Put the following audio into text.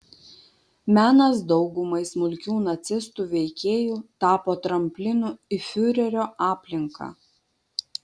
menas daugumai smulkių nacistų veikėjų tapo tramplinu į fiurerio aplinką